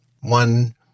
One